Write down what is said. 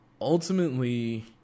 ultimately